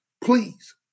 Please